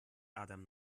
adam